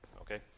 Okay